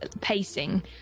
pacing